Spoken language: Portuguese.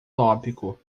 tópico